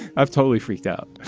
i've totally freaked out